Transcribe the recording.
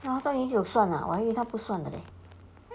!wah! 他也有算的啊我还以为他不算的 leh